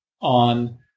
on